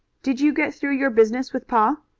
did you get through your business with pa?